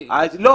זה יותר